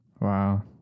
Wow